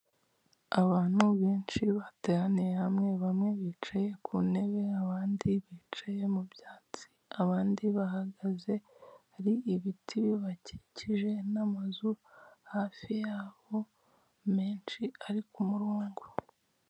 Abantu benshi bateraniye hamwe bamwe bicaye ku intebe abandi bicaye mu ibyatsi abandi abahagaze ahari ibiti bibakikije n'amazu hafi yabo menshi ari k'umuringo.